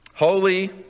Holy